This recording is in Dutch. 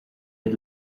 het